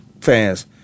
fans